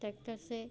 tractor से